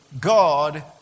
God